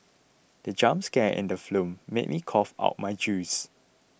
the jump scare in the film made me cough out my juice